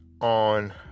on